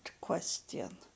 question